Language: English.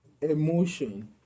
emotion